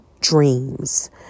dreams